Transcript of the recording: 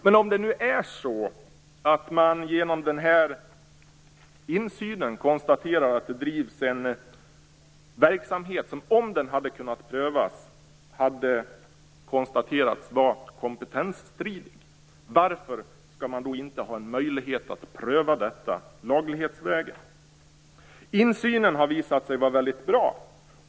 Men om man genom den här insynen konstaterar att det bedrivs en verksamhet som om den hade kunnat prövas hade konstaterats vara kompetensstridig, varför skall man då inte ha en möjlighet att pröva detta laglighetsvägen? Insynen har visat sig vara väldigt bra.